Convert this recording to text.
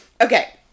Okay